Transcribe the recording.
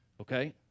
okay